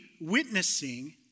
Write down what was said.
witnessing